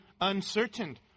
uncertain